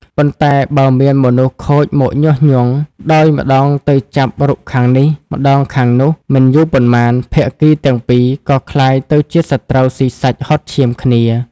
ប៉ុន្តែ បើមានមនុស្សខូចមកញុះញង់ ដោយម្ដងទៅចាក់រុកខាងនេះ ម្ដងខាងនោះ មិនយូរប៉ុន្មាន ភាគីទាំងពីរក៏ក្លាយទៅជាសត្រូវស៊ីសាច់ហុតឈាមគ្នា។